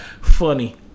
funny